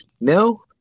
No